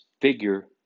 figure